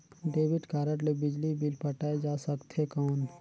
Debit card ले बिजली bill पटाय जा सकथे कौन?